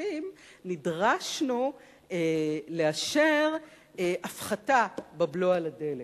הכספים נדרשנו לאשר הפחתה בבלו על הדלק,